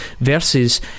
versus